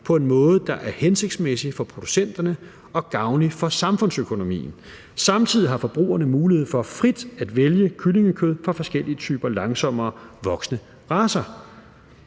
på en måde, der er hensigtsmæssig for producenterne og gavnlig for samfundsøkonomien. Samtidig har forbrugerne mulighed for frit at vælge kyllingekød fra forskellige typer langsommerevoksende racer.